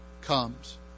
comes